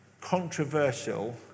controversial